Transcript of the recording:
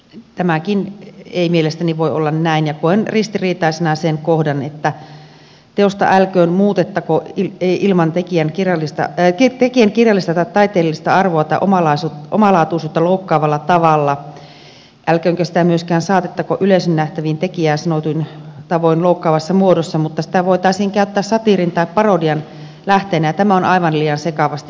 tämäkään ei mielestäni voi olla näin ja koen ristiriitaisena sen kohdan että teosta älköön muutettako tekijän kirjallista tai taiteellista arvoa tai omalaatuisuutta loukkaavalla tavalla älköönkä sitä myöskään saatettako yleisön nähtäviin tekijää sanotuin tavoin loukkaavassa muodossa mutta sitä voitaisiin käyttää satiirin tai parodian lähteenä ja tämä on aivan liian sekavasti ilmaistu